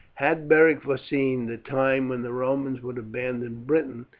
had beric foreseen the time when the romans would abandon britain,